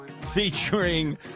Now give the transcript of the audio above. featuring